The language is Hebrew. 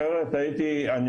אחרת הייתי אני,